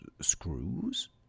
screws